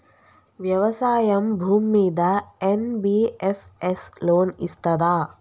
వ్యవసాయం భూమ్మీద NBFS loan ఇస్తదా?